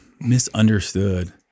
Misunderstood